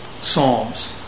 psalms